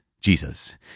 Jesus